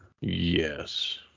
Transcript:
Yes